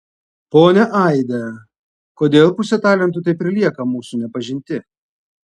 ponia aida kodėl pusė talentų taip ir lieka mūsų nepažinti